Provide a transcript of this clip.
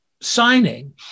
signing